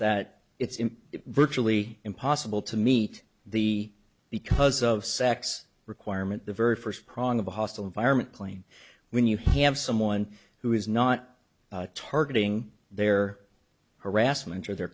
that it's in virtually impossible to meet the because of sex requirement the very first prong of a hostile environment plain when you have someone who is not targeting their harassment or their